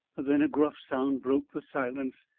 then a gruff sound broke the silence.